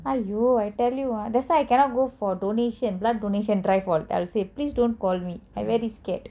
!aiyo! I tell you ah that's why I cannot go for donation blood donation drive I say please don't call me I very scared